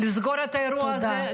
לסגור את האירוע הזה,